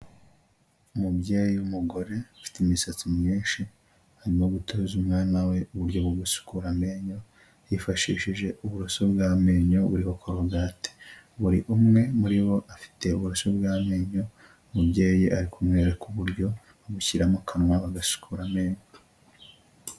Umubyeyi w'umugore, ufite imisatsi myinshi, arimo gutoza umwana we uburyo bwo gusukura amenyo, yifashishije uburoso bw'amenyo buriho korogate, buri umwe muri bo afite uburoso bw'amenyo, umubyeyi ari kumwereka uburyo babushyira mu kanwa, bagasukura amenyo.